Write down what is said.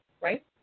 Right